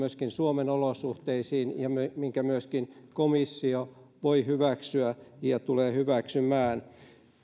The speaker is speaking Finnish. suomen olosuhteisiin ja jonka myöskin komissio voi hyväksyä ja tulee hyväksymään